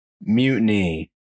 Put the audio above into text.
Mutiny